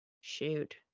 shoot